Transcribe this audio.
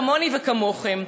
כמוני וכמוכם,